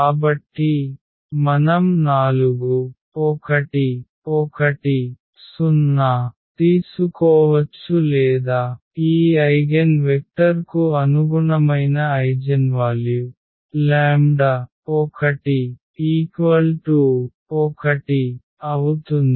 కాబట్టి మనం నాలుగు1 1 0 తీసుకోవచ్చు లేదా ఈ ఐగెన్వెక్టర్ కు అనుగుణమైన ఐజెన్వాల్యు 1 1 అవుతుంది